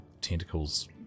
tentacles